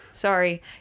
Sorry